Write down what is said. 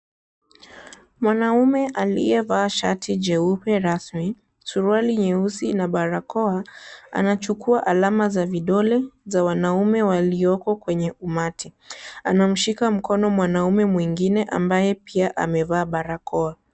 Mwanaume aliyevaa shati jeupe rasmi, suruali nyeusi na barakoa, anachukua alama za vidole za wanaume walioko kwenye umati. Anamshika mkono mwanaume mwingine ambaye pia amevaa barakoa.